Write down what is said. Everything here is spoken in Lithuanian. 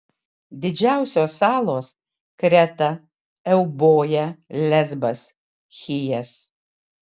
didžiausios salos kreta euboja lesbas chijas